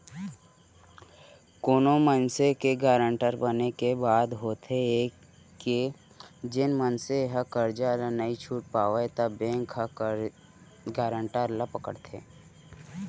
कोनो मनसे के गारंटर बने के बाद होथे ये के जेन मनसे ह करजा ल नइ छूट पावय त बेंक ह गारंटर ल पकड़थे